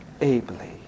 ably